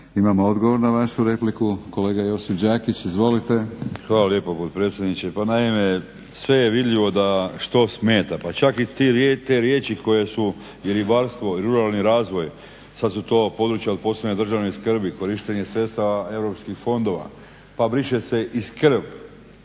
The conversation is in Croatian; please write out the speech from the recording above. Imamo odgovor na vašu repliku. Kolega Josip Đakić, izvolite. **Đakić, Josip (HDZ)** Hvala lijepo, potpredsjedniče. Pa naime, sve je vidljivo da što smeta, pa čak i te riječi koje su i ribarstvo i ruralni razvoj, sad su to područja od posebne državne skrbi, korištenje sredstava europskih fondova. Pa briše se i skrb